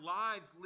lives